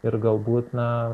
ir galbūt na